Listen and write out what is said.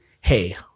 hey